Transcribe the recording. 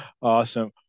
Awesome